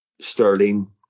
Sterling